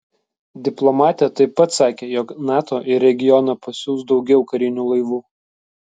diplomatė taip pat sakė jog nato į regioną pasiųs daugiau karinių laivų